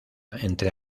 entre